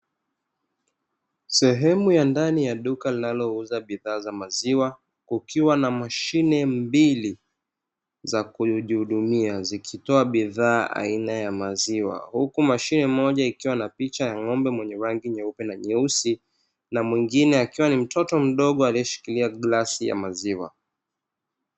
Sehemu ya ndani ya duka linalouza bidhaa za maziwa kukiwa na mashine mbili za kujihudumia zikitoa bidhaa aina ya maziwa, huku mashine moja ikiwa na picha ya ng'ombe mwenye rangi nyeupe na nyeusi na mwingine akiwa ni mtoto mdogo aliyeshikilia glasi ya maziwa.